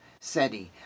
Sedi